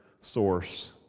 source